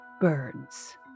birds